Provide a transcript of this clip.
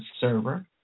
server